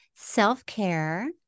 self-care